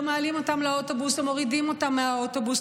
מעלים אותן לאוטובוס או מורידים אותן מהאוטובוס,